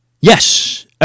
Yes